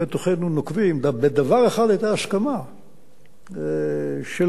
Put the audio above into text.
בדבר אחד היתה הסכמה של כולנו: שאנחנו